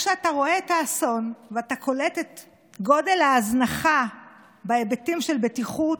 כשאתה רואה את האסון ואתה קולט את גודל ההזנחה בהיבטים של בטיחות,